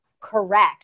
correct